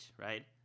right